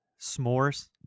s'mores